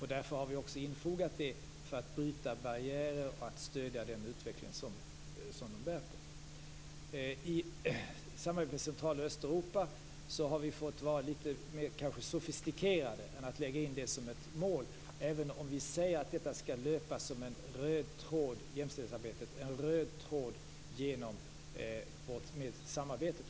Därför har vi också infogat det för att bryta barriärer och för att stödja den utveckling som de bär på. I samarbetet med Central och Östeuropa har vi fått vara litet mer sofistikerade än att lägga in det som ett mål, även om vi säger att jämställdhetsarbetet skall löpa som en röd tråd i samarbetet.